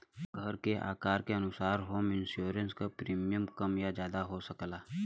घर के आकार के अनुसार होम इंश्योरेंस क प्रीमियम कम या जादा हो सकला